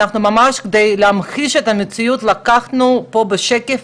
ממש כדי להמחיש את המציאות הסברנו בשקף